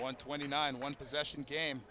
time twenty nine one possession game